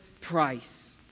price